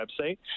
website